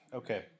okay